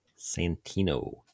Santino